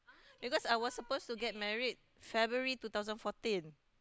because I was supposed to get married February two thousand fourteen